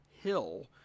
Hill